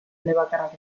elebakarrak